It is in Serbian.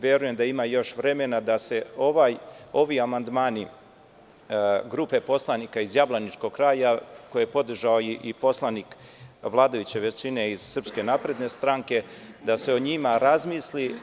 Verujem da ima još vremena da se ovi amandmani grupe poslanika iz jablaničkog kraja, koje je podržao i poslanik vladajuće većine iz SNS-a, da se o njima razmisli.